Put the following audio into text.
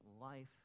life